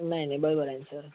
नाही नाही बरोबर आहे ना सर